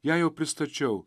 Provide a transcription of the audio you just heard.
ją jau pristačiau